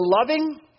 loving